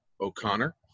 O'Connor